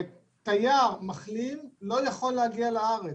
תייר מחלים לא יכול להגיע לארץ,